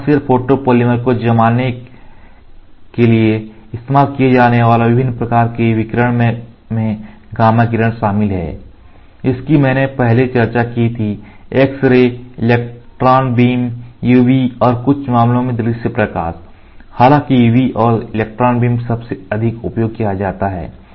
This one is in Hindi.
कमर्शियल फोटोपॉलीमर को जमाने के लिए इस्तेमाल किए जाने वाले विभिन्न प्रकार के विकिरण में गामा किरण शामिल है जिसकी मैंने पहले चर्चा की थी X ray electron beam UV और कुछ मामलों में दृश्य प्रकाश हालांकि UV और इलेक्ट्रॉन बीम का सबसे अधिक उपयोग किया जाता है